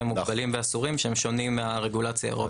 המוגבלים והאסורים ששונים מהרגולציה האירופית.